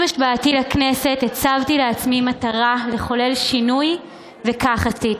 עם השבעתי לכנסת הצבתי לעצמי מטרה לחולל שינוי וכך עשיתי: